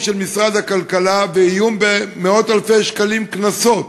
של משרד הכלכלה ואיום במאות-אלפי שקלים קנסות.